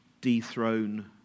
dethrone